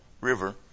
river